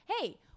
hey